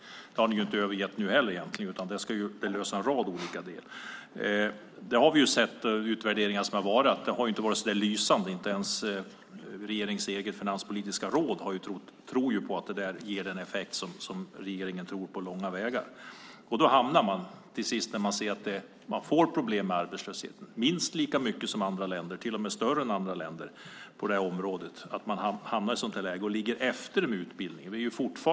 Den tron har ni inte heller övergett nu, utan det ska lösa en rad olika problem. Det har inte varit så lysande enligt de utvärderingar som har gjorts. Inte ens regeringens eget finanspolitiska råd har trott på att det på långa vägar ger den effekt som regeringen tror. Till sist ser man att man får minst lika mycket problem med arbetslösheten som andra länder och till och med större på det här området. Man hamnar i ett läge där man ligger efter med utbildningen.